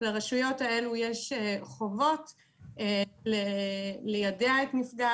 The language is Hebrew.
לרשויות האלה יש חובות ליידע את נפגעי